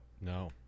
No